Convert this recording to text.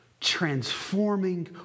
transforming